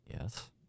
yes